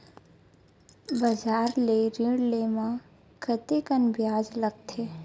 बजार ले ऋण ले म कतेकन ब्याज लगथे?